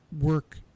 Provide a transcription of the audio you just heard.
work